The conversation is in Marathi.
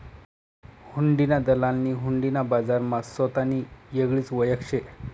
हुंडीना दलालनी हुंडी ना बजारमा सोतानी येगळीच वयख शे